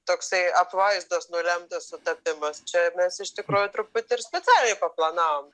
toksai apvaizdos nulemtas sutapimas čia mes iš tikrųjų truputį ir specialiai paplanavom